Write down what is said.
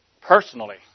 Personally